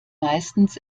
meistens